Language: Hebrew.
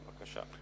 בבקשה.